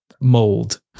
mold